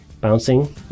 bouncing